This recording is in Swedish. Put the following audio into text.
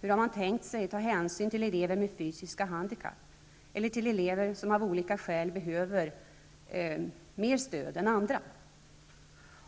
Hur har man tänkt sig ta hänsyn till elever med fysiska handikapp eller till elever som av olika skäl behöver mer stöd än andra?